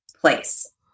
place